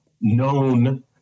known